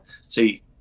See